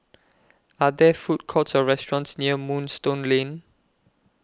Are There Food Courts Or restaurants near Moonstone Lane